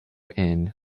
inn